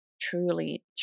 Truly